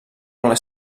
all